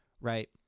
right